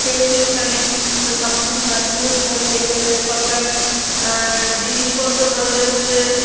খেয়েছি ওখানে বা সামুদ্রিক মাছগুলো ভালো লেগেছে ওখানকার আর জিনিসপত্র ভালো লেগেছে